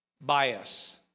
bias